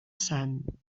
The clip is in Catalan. sant